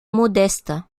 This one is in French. modeste